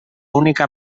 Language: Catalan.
única